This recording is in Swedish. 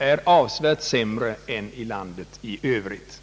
är avsevärt sämre än i landet i övrigt.